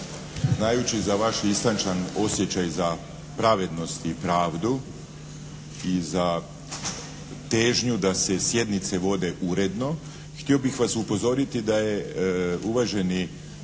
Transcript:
znajući za vaš istančan osjećaj za pravednost i pravdu i za težnju da se sjednice vode uredno, htio bih vas upozoriti da je uvaženi